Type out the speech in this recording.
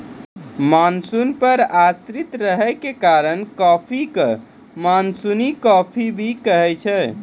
monsoon पर आश्रित रहै के कारण कॉफी कॅ मानसूनी कॉफी भी कहै छै